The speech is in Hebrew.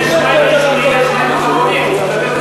יש שניים ראשונים ושניים אחרונים.